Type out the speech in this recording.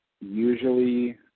usually